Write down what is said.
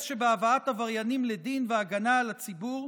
שבהבאת עבריינים לדין וההגנה על הציבור,